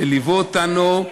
שליוו אותנו,